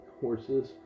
horses